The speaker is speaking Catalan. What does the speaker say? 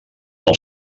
del